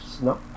no